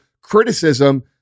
criticism